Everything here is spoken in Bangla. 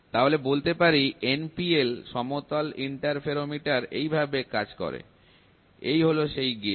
তাহলে বলতে পারি NPL সমতল ইন্টারফেরোমিটার এইভাবে কাজ করে এই হল সেই গেজ